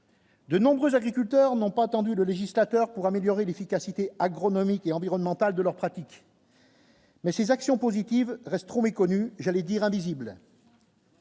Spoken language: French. De nombreux agriculteurs n'ont pas attendu le législateur pour améliorer l'efficacité agronomique et environnementales de leurs pratiques. Mais ces actions positives reste trop méconnu, j'allais dire invisible.